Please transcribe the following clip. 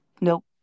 Nope